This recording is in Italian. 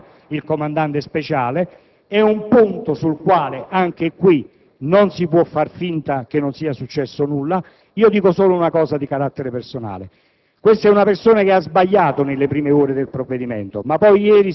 quali sono i contorni che hanno determinato il provvedimento che riguarda il comandante Speciale e un punto sul quale, anche qui, non si può far finta che non sia successo nulla. Dico solo una cosa di carattere personale.